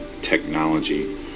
technology